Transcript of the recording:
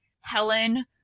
Helen